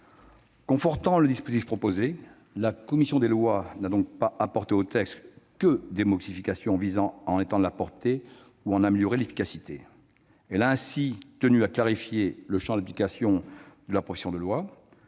Confortant le dispositif proposé, elle n'a apporté au texte que des modifications visant à en étendre la portée ou en améliorer l'efficacité. Elle a ainsi tenu à clarifier le champ d'application de la proposition de loi